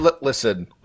listen